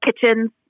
kitchens